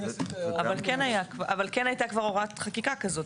אבל כן הייתה כבר הוראת חקיקה כזאת,